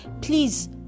please